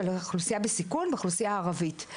אוכלוסייה בסיכון והאוכלוסייה הערבית.